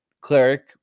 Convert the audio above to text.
cleric